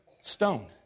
stone